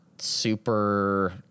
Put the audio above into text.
super